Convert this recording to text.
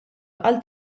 għal